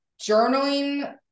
journaling